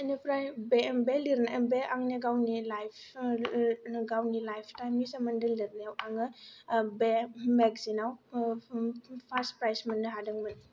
इनिफ्राय बे लिरनाय बे आंनि गावनि लाइफ गावनि लाइफटाइमनि सोमोन्दै लिरनायाव आङो आं बे मेगजिनाव फार्स्ट प्राइस मोननो हादोंमोन